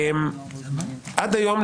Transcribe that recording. עד היום,